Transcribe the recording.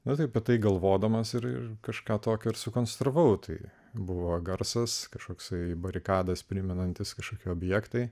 na taip tai galvodamas ir ir kažką tokio ir sukonstravau tai buvo garsas kažkoks barikados primenantis kažkokie objektai